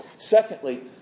Secondly